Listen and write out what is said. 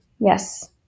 Yes